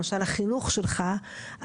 למשל החינוך שלך,